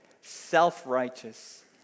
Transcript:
self-righteous